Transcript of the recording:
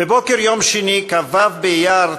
בבוקר יום שני, כ"ו באייר תשכ"ז,